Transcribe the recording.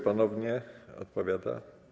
Ponownie odpowiada.